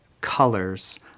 colors